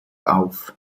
auf